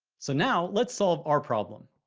so now, let's solve our problem.